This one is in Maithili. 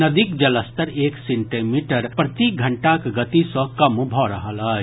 नदीक जलस्तर एक सेंटीमीटर प्रति घंटाक गति सँ कम भऽ रहल अछि